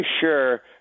sure